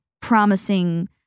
promising